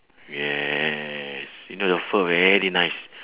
yes you know the fur very nice